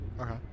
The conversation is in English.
Okay